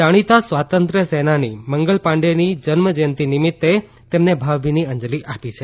જાણીતા સ્વાતંત્ર્ય સેનાની મંગલ પાંડેની જન્મ જંયતિ નિમિત્તે તેમને ભાવભીની અંજલિ આપી છે